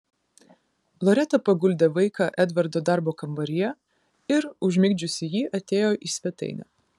loreta paguldė vaiką edvardo darbo kambaryje ir užmigdžiusi jį atėjo į svetainę